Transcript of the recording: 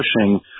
pushing